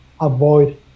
avoid